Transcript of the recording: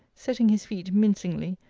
setting his feet mincingly,